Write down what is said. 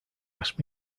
asked